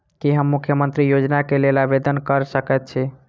की हम मुख्यमंत्री योजना केँ लेल आवेदन कऽ सकैत छी?